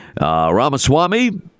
Ramaswamy